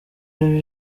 ari